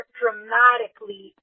dramatically